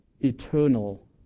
eternal